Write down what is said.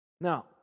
Now